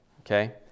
okay